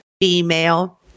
female